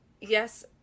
yes